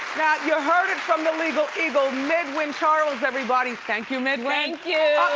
you heard it from the legal eagle, midwin charles, everybody. thank you, midwin. thank you.